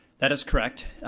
that is correct.